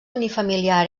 unifamiliar